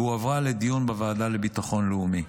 והועברה לדיון בוועדה לביטחון לאומי.